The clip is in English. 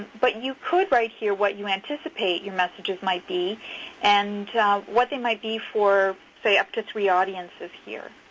but you could write here what you anticipate your messages might be and what they might be for say up to three audiences here.